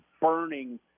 burning –